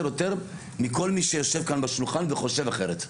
יותר מכל מי שיושב כאן בשולחן וחושב אחרת.